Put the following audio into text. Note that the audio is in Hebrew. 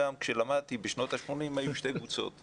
גם כשלמדתי בשנות השמונים היו שתי קבוצות,